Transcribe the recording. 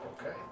okay